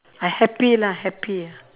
I happy lah happy